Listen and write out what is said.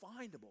findable